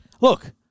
look